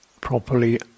properly